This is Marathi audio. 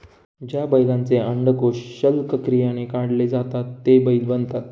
ज्या बैलांचे अंडकोष शल्यक्रियाने काढले जातात ते बैल बनतात